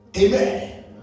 Amen